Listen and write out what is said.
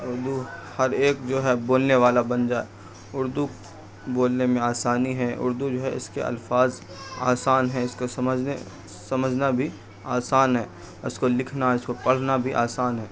اردو ہر ایک جو ہے بولنے والا بن جائے اردو بولنے میں آسانی ہے اردو جو ہے اس کے الفاظ آسان ہے اس کو سمجھنے سمجھنا بھی آسان ہے اس کو لکھنا اس کو پڑھنا بھی آسان ہے